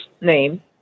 name